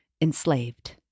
enslaved